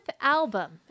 album